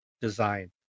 design